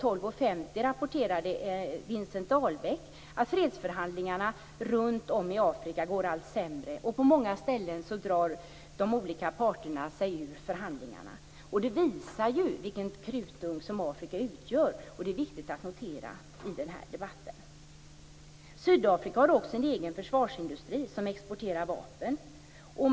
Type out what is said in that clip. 12.50 rapporterade Vincent Dahlbäck att fredsförhandlingarna runtom i Afrika går allt sämre, och på många ställen drar sig de olika parterna ur förhandlingarna. Det visar ju vilken krutdurk som Afrika utgör, och det är viktigt att notera i den här debatten. Sydafrika har också en egen försvarsindustri som exporterar vapen.